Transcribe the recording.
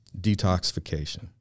detoxification